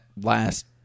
last